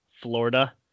Florida